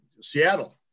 seattle